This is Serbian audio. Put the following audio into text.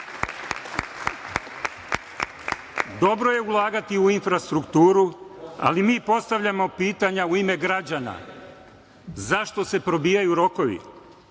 je ulagati u infrastrukturu, ali mi postavljamo pitanja u ime građana - zašto se probijaju rokovi,